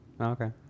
Okay